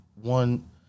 One